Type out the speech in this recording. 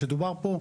כמו שדובר פה.